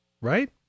right